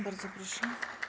Bardzo proszę.